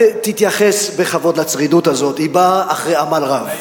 תתייחס בכבוד לצרידות הזאת, היא באה אחרי עמל רב.